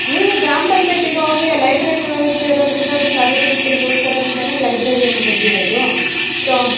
ನೀವು ಗ್ರಾಮ ಪಂಚಾಯತಿಗೆ ಹೋಗಿ ಅಲ್ಲಿ ಲೈಬ್ರೆರಿ ವ್ಯವಸ್ಥೆ ಇರೋದರಿಂದ ಅದು ಸಾರ್ವಜನಿಕರಿಗೋಸ್ಕರನೇ ತಾನೆ ಲೈಬ್ರೆರಿಯನ್ನು ತೆಗೆದಿರೋದು ಸೊ